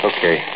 Okay